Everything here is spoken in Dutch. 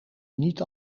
niet